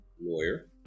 lawyer